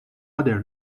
other